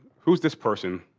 who's this person?